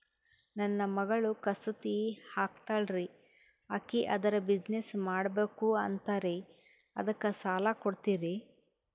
ನನ್ನ ಮಗಳು ಕಸೂತಿ ಹಾಕ್ತಾಲ್ರಿ, ಅಕಿ ಅದರ ಬಿಸಿನೆಸ್ ಮಾಡಬಕು ಅಂತರಿ ಅದಕ್ಕ ಸಾಲ ಕೊಡ್ತೀರ್ರಿ?